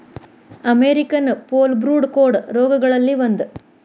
American foulbrood ಕೋಡ ರೋಗಗಳಲ್ಲಿ ಒಂದ